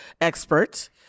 expert